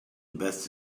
best